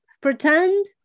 pretend